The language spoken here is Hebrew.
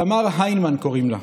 תמר היימן קוראים לה.